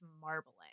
marbling